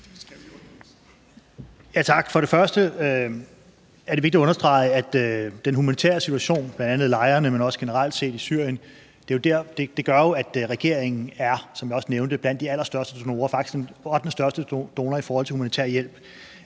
Tak. For det første er det vigtigt at understrege, at den humanitære situation, bl.a. i lejrene, men også generelt set i Syrien, jo gør, at regeringen, som jeg også nævnte, er blandt de allerstørste donorer, faktisk den ottendestørste donor, af humanitær hjælp